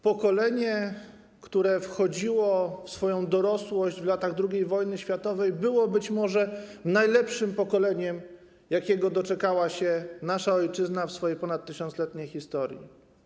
Pokolenie, które wchodziło w swoją dorosłość w latach II wojny światowej, było być może najlepszym pokoleniem, jakiego doczekała się nasza ojczyzna w swojej ponadtysiącletniej historii.